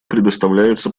предоставляется